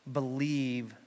believe